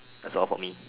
that's all for me